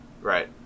Right